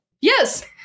Yes